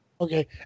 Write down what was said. Okay